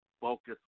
focus